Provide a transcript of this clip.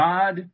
God